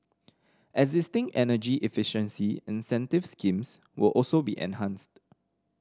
existing energy efficiency incentive schemes will also be enhanced